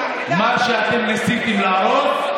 מה שאתם ניסיתם להרוס,